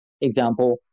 example